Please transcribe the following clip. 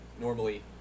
normally